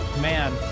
man